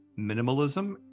minimalism